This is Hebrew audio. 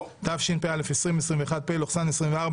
התשפ"א 2021 (פ/2056/24),